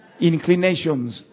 inclinations